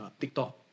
TikTok